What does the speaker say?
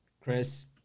Chris